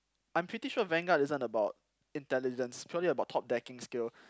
I'm pretty sure vanguard isn't about intelligence purely about top decking skills